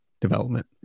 development